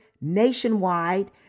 nationwide